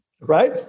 Right